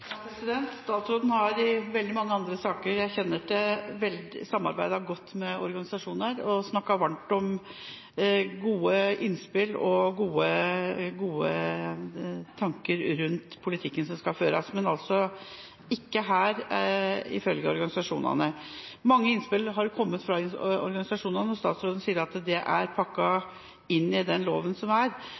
Statsråden har i veldig mange andre saker jeg kjenner til, samarbeidet godt med organisasjoner og snakket varmt om gode innspill og gode tanker rundt politikken som skal føres, men altså ikke her, ifølge organisasjonene. Mange innspill har kommet fra organisasjonene. Statsråden sier det er pakket inn i den loven som er.